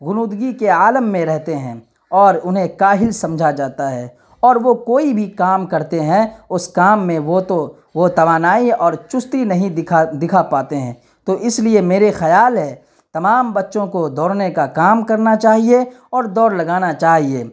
غنودگی کے عالم میں رہتے ہیں اور انہیں کاہل سمجھا جاتا ہے اور وہ کوئی بھی کام کرتے ہیں اس کام میں وہ تو وہ توانائی اور چستی نہیں دکھا دکھا پاتے ہیں تو اس لیے میرے خیال ہے تمام بچوں کو دوڑنے کا کام کرنا چاہیے اور دور لگانا چاہیے